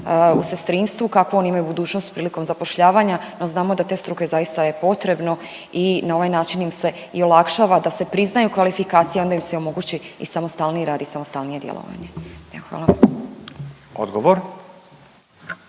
u sestrinstvu, kakvu oni imaju budućnost prilikom zapošljavanja. No znamo da te struke zaista je potrebno i na ovaj način im se i olakšava da se priznaju kvalifikacije i onda im se omogući i samostalniji rad i samostalnije djelovanje. Evo, hvala